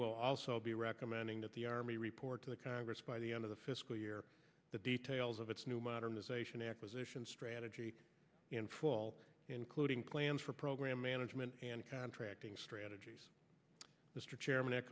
will also be recommending that the army report to the congress by the end of the fiscal year the details of its new modernization acquisition strategy including plans for program management and contracting strategies mr chairman